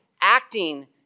acting